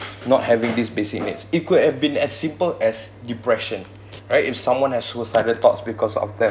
not having this basic needs it could have been as simple as depression right if someone has suicidal thoughts because of that